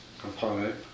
component